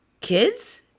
kids